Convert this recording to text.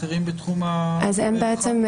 על פי הנתונים המסתמנים אין פער.